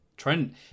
Trent